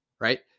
Right